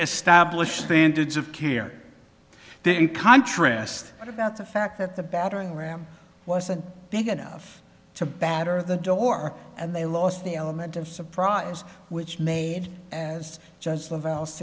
establish standards of care in contrast what about the fact that the battering ram wasn't big enough to batter the door and they lost the element of surprise which made as just